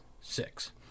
Six